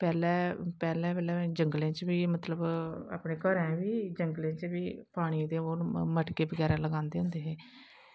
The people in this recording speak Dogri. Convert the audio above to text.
पैह्लैं पैह्लैं जंगलें च बी मतलव अपनें घरें बी जंगलें च बी पानीं ते ओह् मटके बगैरा लगांदे होंदे हे